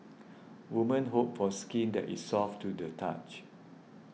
woman hope for skin that is soft to the touch